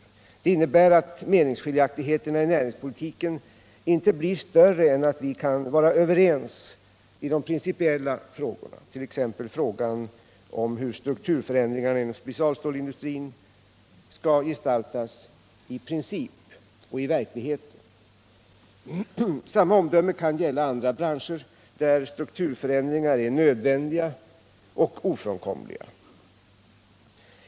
Detta innebär att meningsskiljaktigheterna i näringspolitiken inte blir större än att vi kan vara överens i t.ex. frågan om hur strukturförändringarna inom specialstålindustrin skall gestaltas i princip och i verkligheten. Samma omdöme kan gälla andra branscher, där strukturförändringar är nödvändiga och ofrånkomliga.